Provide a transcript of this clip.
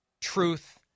truth